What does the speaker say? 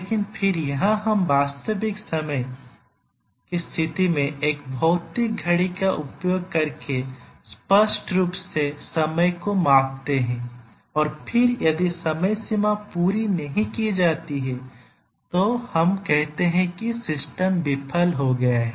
लेकिन फिर यहां हम वास्तविक समय की स्थिति में एक भौतिक घड़ी का उपयोग करके स्पष्ट रूप से समय को मापते हैं और फिर यदि समय सीमा पूरी नहीं की जाती है तो हम कहते हैं कि सिस्टम विफल हो गया है